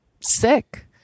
sick